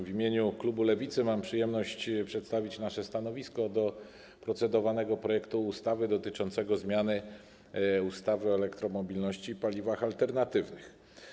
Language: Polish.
W imieniu klubu Lewicy mam przyjemność przedstawić nasze stanowisko odnośnie do procedowanego projektu ustawy o zmianie ustawy o elektromobilności i paliwach alternatywnych.